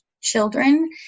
children